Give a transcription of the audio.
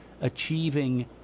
achieving